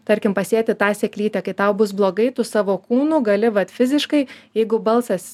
tarkim pasiekti tą sėklytę kai tau bus blogai tu savo kūnu gali vat fiziškai jeigu balsas